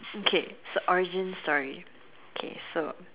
okay so origin story okay so